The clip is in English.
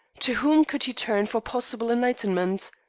to whom could he turn for possible enlightenment?